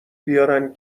بیارن